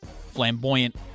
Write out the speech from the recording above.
flamboyant